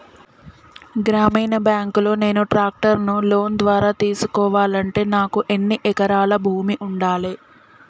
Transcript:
గ్రామీణ బ్యాంక్ లో నేను ట్రాక్టర్ను లోన్ ద్వారా తీసుకోవాలంటే నాకు ఎన్ని ఎకరాల భూమి ఉండాలే?